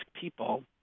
people